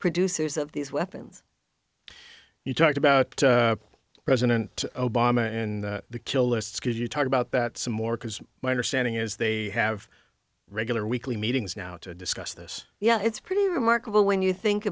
producers of these weapons you talked about president obama and the kill list because you talk about that some more because my understanding is they have regular weekly meetings now to discuss this yeah it's pretty remarkable when you think